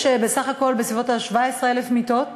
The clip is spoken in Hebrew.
יש בסך הכול בסביבות 17,000 מיטות